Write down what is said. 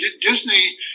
Disney